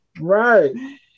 right